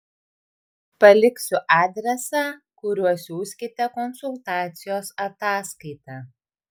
paliksiu adresą kuriuo siųskite konsultacijos ataskaitą